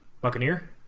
Buccaneer